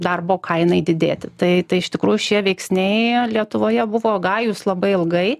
darbo kainai didėti tai tai iš tikrųjų šie veiksniai lietuvoje buvo gajūs labai ilgai